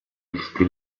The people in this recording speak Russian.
десяти